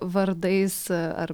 vardais ar